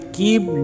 keep